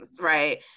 right